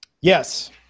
Yes